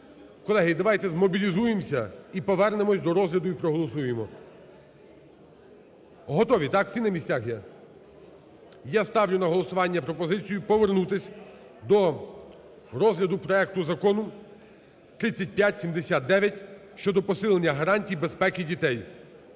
Колеги, давайте змобілізуємося і повернемося до розгляду, і проголосуємо. Готові, так, всі на місцях є? Я ставлю на голосування пропозицію повернутися до розгляду проекту Закону 3579 щодо посилення гарантій безпеки дітей.